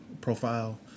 profile